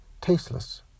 tasteless